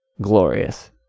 glorious